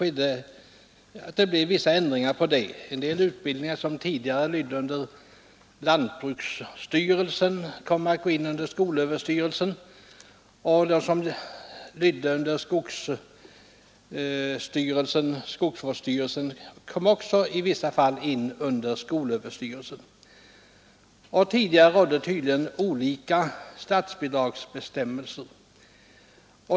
En del utbildningslinjer som tidigare lydde under lantbruksstyrelsen kom att gå in under skolöverstyrelsen, och de som lydde under skogsvårdsstyrelsen kom också i vissa fall in under skolöverstyrelsen. Tidigare rådde tydligen olika statsbidragsbestämmelser.